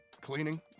Cleaning